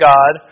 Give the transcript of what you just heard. God